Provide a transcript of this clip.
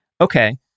okay